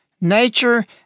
nature